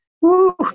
Woo